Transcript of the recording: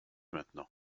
maintenant